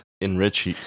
enrich